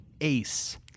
ace